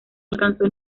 alcanzó